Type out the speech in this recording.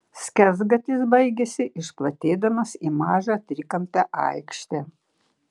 skersgatvis baigėsi išplatėdamas į mažą trikampę aikštę